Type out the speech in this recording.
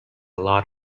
lot